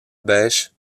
bêche